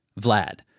Vlad